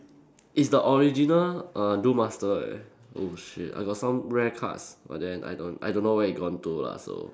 it's the original err duel master leh oh shit I got some rare cards but then I don't I don't know where it gone to lah so